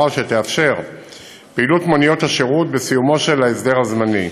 שתאפשר פעילות מוניות השירות בסיומו של ההסדר הזמני.